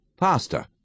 pasta